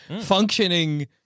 functioning